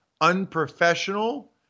unprofessional